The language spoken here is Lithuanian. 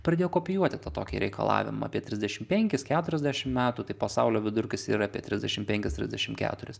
pradėjo kopijuoti tą tokį reikalavimą apie trisdešimt penkis keturiasdešimt metų tai pasaulio vidurkis yra apie trisdešimt penkis trisdešimt keturis